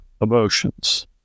emotions